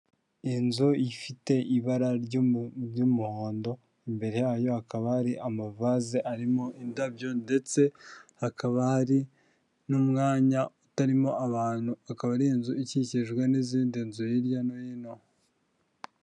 Iyi nzu ifite ibara ry'umu ry'umuhondo, imbere yayo akaba ari amavaze arimo indabyo, ndetse hakaba hari n'umwanya utarimo abantu, akaba ari inzu ikikijwe n'izindi nzu hirya no hino.